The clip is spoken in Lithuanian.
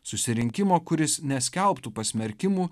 susirinkimo kuris neskelbtų pasmerkimų